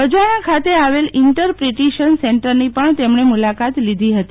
બજાણા ખાતે આવેલ interpretation સેન્ટરની પણ તેમણે મુલકાત લીધી હતી